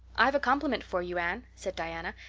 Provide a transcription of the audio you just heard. i've a compliment for you, anne, said diana.